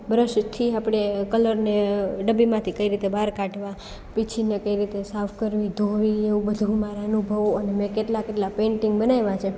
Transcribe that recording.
બ્રશથી આપણે કલરને ડબ્બીમાંથી કઈ રીતે બહાર કાઢવા પીંછીને કઈ રીતે સાફ કરવી ધોવી એવું બધુ મારા અનુભવો અને મેં કેટલા કેટલા પેંટિંગ બનાવ્યા છે